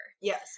Yes